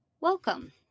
Welcome